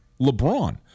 LeBron